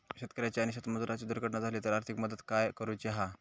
शेतकऱ्याची आणि शेतमजुराची दुर्घटना झाली तर आर्थिक मदत काय करूची हा?